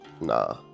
Nah